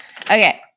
Okay